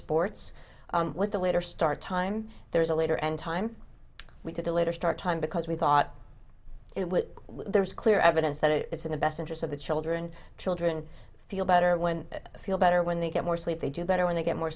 sports with the later start time there's a later and time we did a later start time because we thought it was there is clear evidence that it's in the best interest of the children children feel better when feel better when they get more sleep they do better when they get more